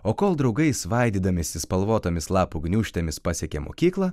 o kol draugai svaidydamiesi spalvotomis lapų gniūžtėmis pasiekė mokyklą